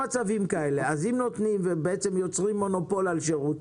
אם נותנים ובעצם יוצרים מונופול על שירות,